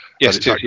Yes